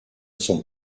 sont